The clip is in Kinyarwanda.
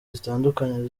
zitandukanye